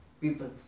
people